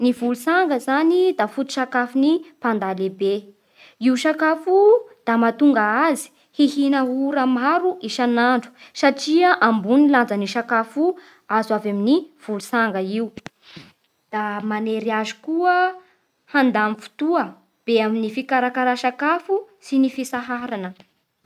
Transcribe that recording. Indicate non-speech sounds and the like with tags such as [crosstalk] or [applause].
Ny volotsanga zany da foto-tsakafon'ny panda lehibe. Io sakafo io da mahatonga azy hihina ora maro isanandro satria ambony ny lanjan'io sakafo azo avy amin'ny volotsanga io, [noise] da manery azy koa handany fotoa be amin'ny fikarakara sakafo sy ny fitsaharana.